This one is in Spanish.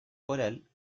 coral